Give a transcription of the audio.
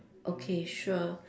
okay sure